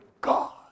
God